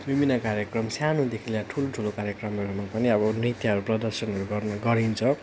विभिन्न कार्यक्रम सानोदेखि ल्याएर ठुल ठुलो कार्यक्रममा पनि अब नृत्यहरू प्रदर्शनहरू गर्नु गरिन्छ